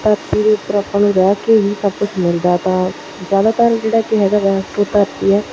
ਧਰਤੀ ਦੇ ਉੱਪਰ ਆਪਾਂ ਨੂੰ ਰਹਿ ਕੇ ਹੀ ਸਭ ਕੁਛ ਮਿਲਦਾ ਤਾਂ ਜ਼ਿਆਦਾਤਰ ਜਿਹੜਾ ਕਿ ਹੈਗਾ ਧਰਤੀ ਹੈ